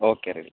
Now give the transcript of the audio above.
okay ready